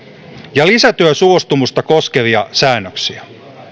ja lisätyösuostumusta koskevia säännöksiä